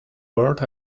word